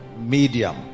medium